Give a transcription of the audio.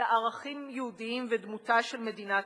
לערכים יהודיים ודמותה של מדינת ישראל.